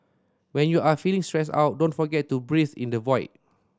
when you are feeling stressed out don't forget to breathe in the void